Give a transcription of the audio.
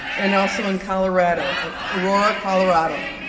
and also in colorado, aurora, colorado.